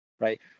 right